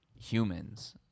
humans